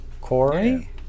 Corey